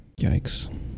Yikes